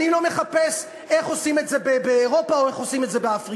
אני לא מחפש איך עושים את זה באירופה או איך עושים את זה באפריקה.